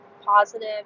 positive